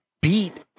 beat